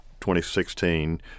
2016